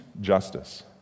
justice